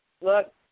look